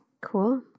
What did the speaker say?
Cool